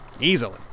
Easily